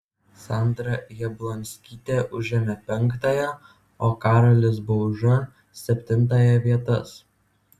sandra jablonskytė užėmė penktąją o karolis bauža septintąją vietas